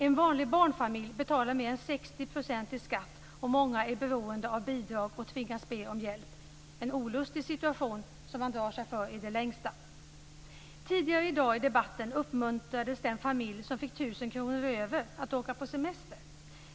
En vanlig barnfamilj betalar mer än 60 % i skatt, och många är beroende av bidrag och tvingas att be om hjälp - en olustig situation som man drar sig för i det längsta. Tidigare i debatten i dag uppmuntrades den familj som fick tusen kronor över för att åka på semester.